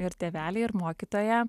ir tėveliai ir mokytoja